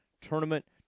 tournament